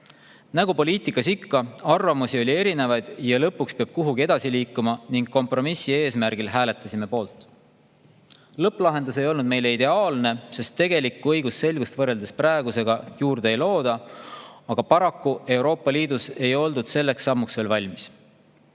Nagu poliitikas ikka, oli arvamusi erinevaid ja lõpuks peab edasi liikuma. Kompromissi eesmärgil hääletasime poolt. Lõpplahendus ei olnud meie jaoks ideaalne, sest tegelikku õigusselgust võrreldes praegusega juurde ei looda, aga paraku ei oldud Euroopa Liidus selleks sammuks veel valmis.